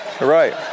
right